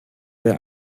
wer